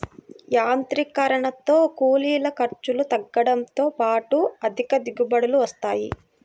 యాంత్రీకరణతో కూలీల ఖర్చులు తగ్గడంతో పాటు అధిక దిగుబడులు వస్తాయి